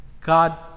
God